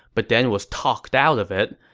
but then was talked out of it.